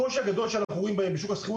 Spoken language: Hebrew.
אנחנו רואים את קושי הגדול בשוק השכירות.